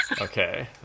Okay